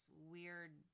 weird